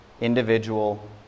individual